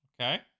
Okay